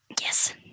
Yes